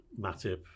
Matip